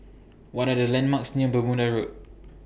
What Are The landmarks near Bermuda Road